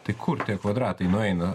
tai kur tie kvadratai nueina